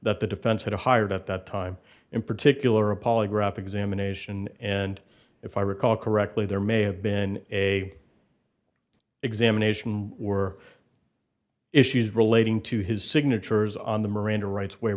that the defense had hired at that time in particular a polygraph examination and if i recall correctly there may have been a examination or issues relating to his signatures on the miranda rights wa